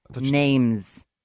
names